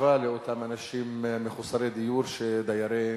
בהקשבה לאותם אנשים מחוסרי דיור, דיירי